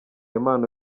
impano